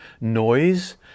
noise